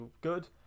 good